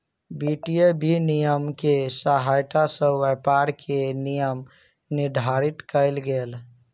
वित्तीय विनियम के सहायता सॅ व्यापार के नियम निर्धारित कयल गेल